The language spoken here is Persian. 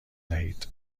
دهید